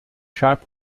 sharp